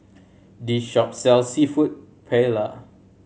this shop sells Seafood Paella